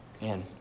Man